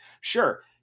Sure